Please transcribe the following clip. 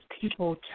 people